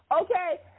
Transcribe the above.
okay